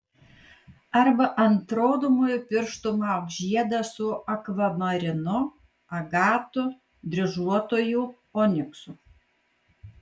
arba ant rodomojo piršto mauk žiedą su akvamarinu agatu dryžuotuoju oniksu